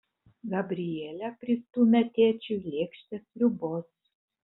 gabrielė pristūmė tėčiui lėkštę sriubos